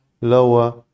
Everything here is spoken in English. lower